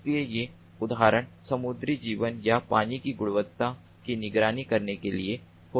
इसलिए ये उदाहरण समुद्री जीवन या पानी की गुणवत्ता की निगरानी करने के लिए हो सकते हैं